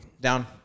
Down